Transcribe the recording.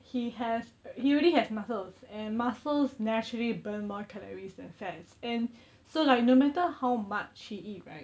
he has he already has muscles and muscles naturally burn more calories than fats and so like no matter how much he eat right